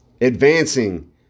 Advancing